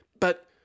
But